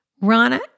Rana